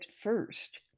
first